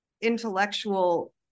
intellectual